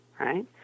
right